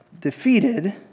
defeated